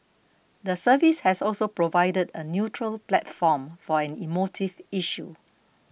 the service has also provided a neutral platform for an emotive issue